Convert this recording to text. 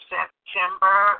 September